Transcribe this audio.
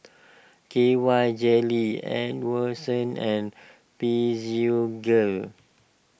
K Y Jelly and Physiogel